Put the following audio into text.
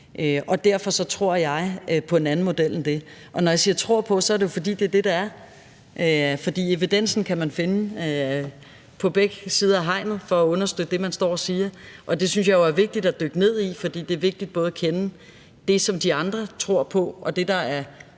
Derfor tror jeg på en anden model. Og når jeg siger tror på, er det jo, fordi det er det, det er. Evidensen kan man jo finde på begge sider af hegnet og bruge den til at understøtte det, man står og siger. Det synes jeg jo er vigtigt at dykke ned i, for det er vigtigt at kende det, de andre tror på, og det, der er